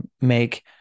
make